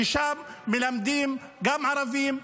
ששם מלמדים גם ערבים,